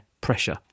pressure